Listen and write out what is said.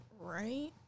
Right